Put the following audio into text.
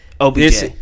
OBJ